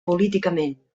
políticament